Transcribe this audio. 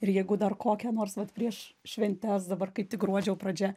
ir jeigu dar kokią nors vat prieš šventes dabar kaip tik gruodžio pradžia